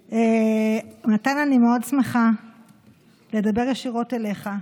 מתן, אני מאוד שמחה לדבר ישירות אליך,